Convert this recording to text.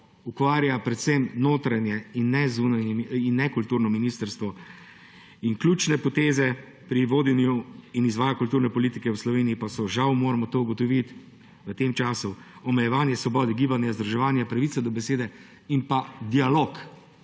ukvarja predvsem notranje in ne kulturno ministrstvo. Ključne poteze pri vodenju in izvajanju kulturne politike v Sloveniji pa so – žal moramo to ugotoviti – v tem času omejevanje svobode gibanja, združevanja, pravice do besede in dialoga.